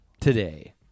today